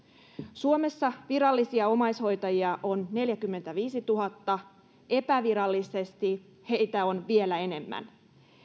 suomessa virallisia omaishoitajia on neljäkymmentäviisituhatta epävirallisesti heitä on vielä enemmän